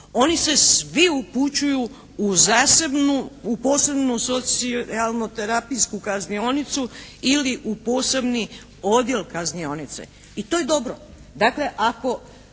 oni se svi upućuju u zasebnu, u posebnu socijalnoterapijsku kaznionicu ili u posebni odjel kaznionice i to je dobro.